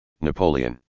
Napoleon